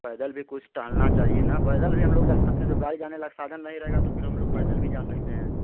पैदल भी कुछ टहलना चाहिए न पैदल भी हम लोग जा सकते हैं जब गाड़ी जाने लायक साधन नहीं रहेगा तो फिर हम लोग पैदल भी जा सकते हैं